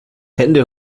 hände